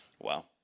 Wow